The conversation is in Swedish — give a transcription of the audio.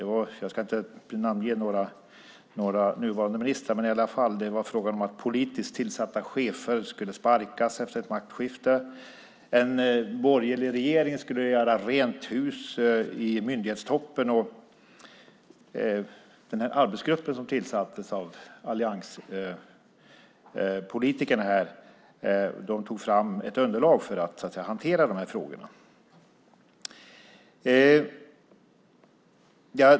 Jag ska inte namnge några nuvarande ministrar. Det var i alla fall fråga om att politiskt tillsatta chefer skulle sparkas efter ett maktskifte. En borgerlig regering skulle göra rent hus i myndighetstoppen. Den arbetsgrupp som tillsattes av allianspolitikerna tog fram ett underlag för hanteringen av de här frågorna.